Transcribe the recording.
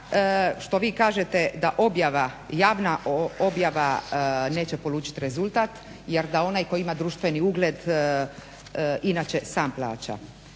što vi kažete da javna objava neće polučiti rezultat jer da onaj tko ima društveni ugled inače sam plaća,